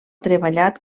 treballat